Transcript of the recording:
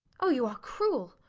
oh, you are cruel,